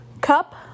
Cup